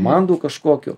komandų kažkokių